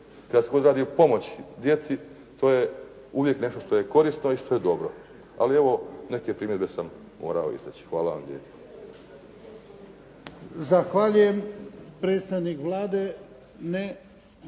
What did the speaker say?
kada se god radi o pomoći djeci, to je uvijek nešto što je korisno i što je dobro. Ali evo neke primjedbe sam morao izreći. Hvala vam lijepa.